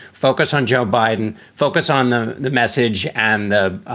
focus on joe biden, focus on the the message and the